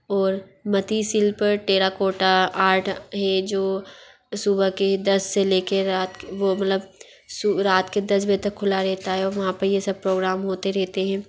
और मती शिल्प टेराकोटा आर्ट है जो सुबह के दस से ले के रात के वो मतलब रात के दस बजे तक खुला रहता है और वहाँ पर ये सब प्रोग्राम होते रहते हें